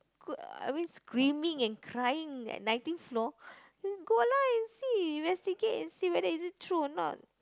could I mean screaming and crying at nineteenth floor then go lah and see investigate and see whether is it true or not